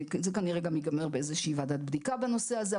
זה כנראה גם ייגמר באיזושהי ועדת בדיקה בנושא הזה,